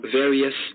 various